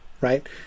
right